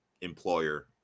employer